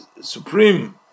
supreme